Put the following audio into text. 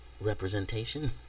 representation